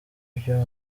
byo